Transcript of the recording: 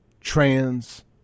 trans